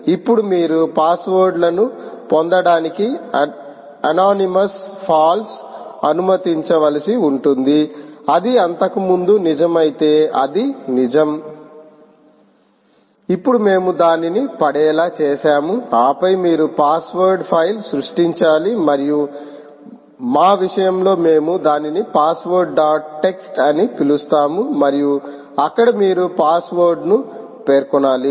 ఇప్పుడు మీరు పాస్వర్డ్లను పొందడానికి అనోనిమస్ ఫాల్స్ అనుమతించ వలసి ఉంటుంది ఇది అంతకుముందు నిజమైతే అది నిజం ఇప్పుడు మేము దానిని పడేలా చేసాము ఆపై మీరు పాస్వర్డ్ ఫైల్ను సృష్టించాలి మరియు మా విషయంలో మేము దానిని పాస్వర్డ్ డాట్ టెక్స్ట్ అని పిలుస్తాము మరియు అక్కడ మీరు పాస్వర్డ్ను పేర్కొనాలి